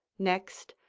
next,